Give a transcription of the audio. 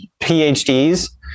PhDs